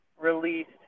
released